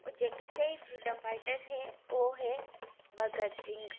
ओह् जेह्के स्हेई फ्रीडम फाइटर हे ओह् हे भगत सिंह